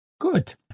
Good